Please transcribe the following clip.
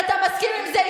אתה מסכים עם זה,